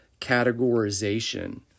categorization